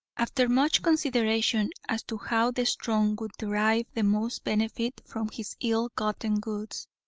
after much consideration as to how the strong would derive the most benefit from his ill-gotten goods,